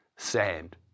Sand